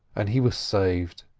and he was saved.